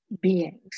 beings